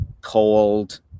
cold